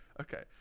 okay